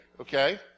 okay